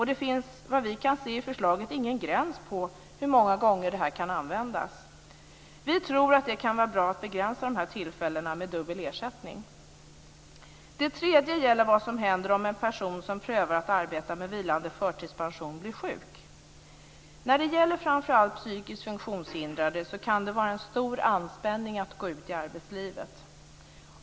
Det finns, vad vi kan se, i förslaget ingen gräns för hur många gånger detta kan användas. Vi tror att det kan vara bra att begränsa tillfällena med dubbel ersättning. Det tredje gäller vad som händer om en person som prövar att arbeta med vilande förtidspension blir sjuk. När det gäller framför allt psykiskt funktionshindrade kan det vara en stor anspänning att gå ut i arbetslivet.